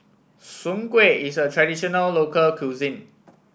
Soon Kueh is a traditional local cuisine